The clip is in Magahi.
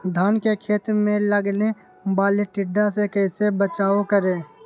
धान के खेत मे लगने वाले टिड्डा से कैसे बचाओ करें?